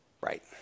Right